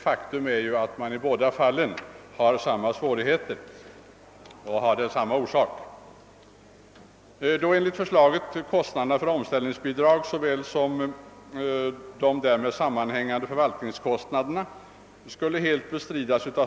Faktum är att de drabbade i båda fallen har samma svårigheter.